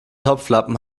topflappen